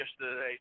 yesterday